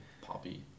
Poppy